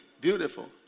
Beautiful